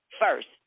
first